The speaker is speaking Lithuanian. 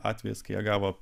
atvejis kai jie gavo